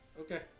Okay